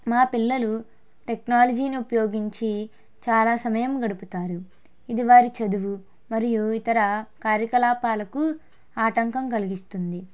మా పిల్లలు టెక్నాలజీని ఉపయోగించి చాలా సమయం గడుపుతారు ఇది వారి చదువు మరియు ఇతర కార్యకలాపాలకు ఆటంకం కలిగిస్తుంది